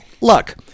luck